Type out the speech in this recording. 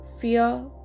fear